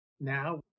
Now